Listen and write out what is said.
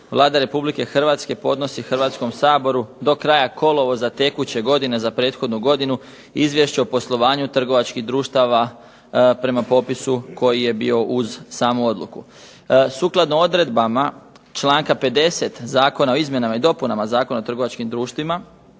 Vlada Republike Hrvatske podnosi Hrvatskom saboru do kraja kolovoza tekuće godine za prethodnu godinu izvješće o poslovanju trgovačkih društava prema popisu koji je bio uz samu odluku. Sukladno odredbama članka 50. Zakon o izmjenama i dopunama Zakona o trgovačkim društvima